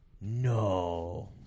No